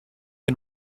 and